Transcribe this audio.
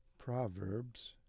Proverbs